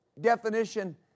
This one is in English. definition